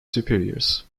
superiors